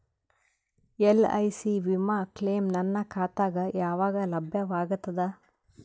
LIC ವಿಮಾ claim ನನ್ನ ಖಾತಾಗ ಯಾವಾಗ ಲಭ್ಯವಾಗತದ?